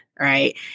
Right